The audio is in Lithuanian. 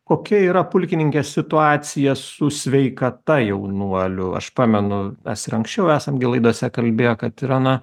kokia yra pulkininke situacija su sveikata jaunuolių aš pamenu mes ir anksčiau esam gi laidose kalbėję kad yra na